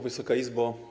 Wysoka Izbo!